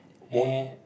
and